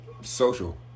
social